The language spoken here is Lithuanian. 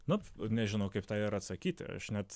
na nežinau kaip tą ir atsakyti aš net